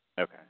Okay